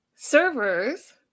servers